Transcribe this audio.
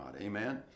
Amen